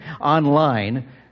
online